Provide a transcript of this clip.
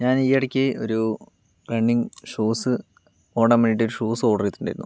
ഞാൻ ഈ ഇടയ്ക്ക് ഒരു റണ്ണിങ് ഷൂസ് ഓടാൻ വേണ്ടി ഒരു ഷൂസ് ഓർഡർ ചെയ്തിട്ടുണ്ടായിരുന്നു